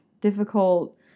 difficult